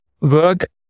work